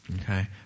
Okay